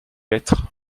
lettres